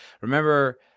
remember